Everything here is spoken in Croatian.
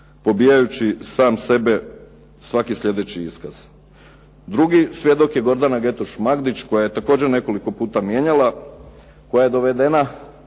pobijajući sam sebe svaki sljedeći iskaz. Drugi svjedok je Gordana Getoš Magdić koja je također nekoliko puta mijenjala, koja je dovedena